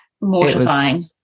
mortifying